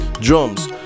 Drums